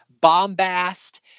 Bombast